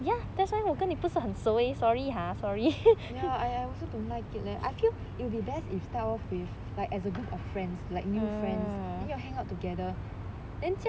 ya I also don't like it leh I feel it will be best if you start off with like as a group of friends like new friends then you hang out together